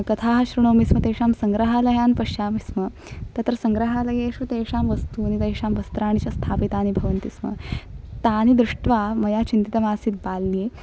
कथाः श्रुणोमि स्म तेषां सङ्ग्रहालयान् पश्यामि स्म तत्र सङ्ग्रहालयेषु तेषां वस्तूनि तेषां वस्त्राणि च स्थापितानि भवन्ति स्म तानि दृष्ट्वा मया चिन्तितमासीत् बाल्ये